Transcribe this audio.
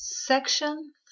Section